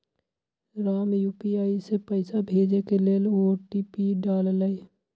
Ram UPI से पइसा भेजे के लेल ओ.टी.पी डाललई